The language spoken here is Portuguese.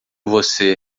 você